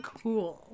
cool